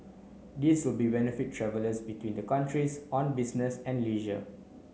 this will be benefit travellers between the countries on business and leisure